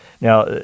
Now